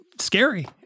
Scary